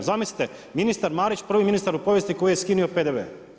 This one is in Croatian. Zamislite ministar Marić, prvi ministar u povijesti koji je skinuo PDV.